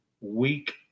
week